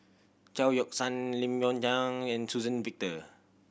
Chao Yoke San Lim and Suzann Victor